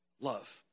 Love